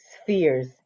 spheres